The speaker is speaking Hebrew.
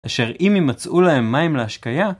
אשר אם ימצאו להם מים להשקיה